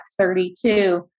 32